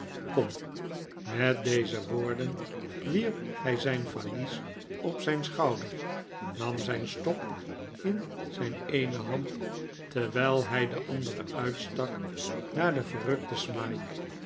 kom met deze woorden wierp hij zijn valies op zijn schouder nam zijn stok in zijn eene hand terwijl hij de andere uitstak naar den verrukten smike